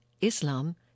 Islam